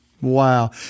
Wow